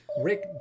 Rick